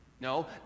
No